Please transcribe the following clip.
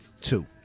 two